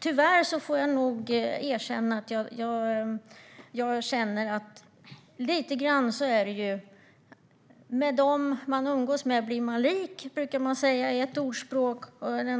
Tyvärr känner jag det som att man blir lik dem som man umgås med. Det är ett talesätt som visar att man väljer